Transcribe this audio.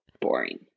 boring